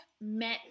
met